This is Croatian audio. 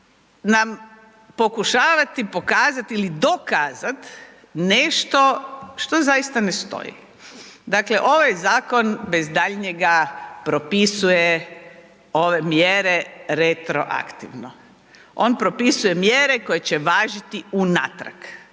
nam pokušavati pokazati ili dokazati nešto što zaista ne stoji. Dakle, ovaj zakon bez daljnjega propisuje ove mjere retroaktivno. On propisuje mjere koje će važiti unatrag.